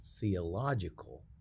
theological